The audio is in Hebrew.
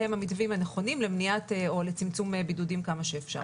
הם המתווים הנכונים למניעת או לצמצום בידודים עד כמה שאפשר.